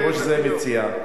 כמו שזאב הציע,